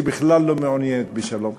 שבכלל לא מעוניינת בשלום,